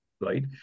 right